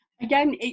Again